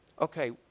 okay